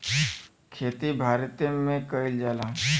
खेती भारते मे कइल जाला